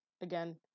again